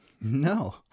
No